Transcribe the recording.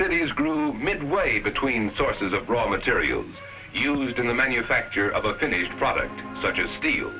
cities grew midway between sources of raw materials used in the manufacture of a finished product such a steel